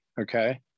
Okay